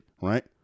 right